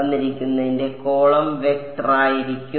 X ന്റെ column വെക്ടറായിരിക്കും